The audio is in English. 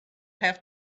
have